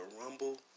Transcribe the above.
Rumble